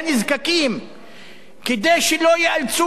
כדי שלא ייאלצו להעלות את עצמם באש,